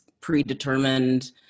predetermined